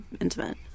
intimate